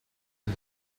his